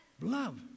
Love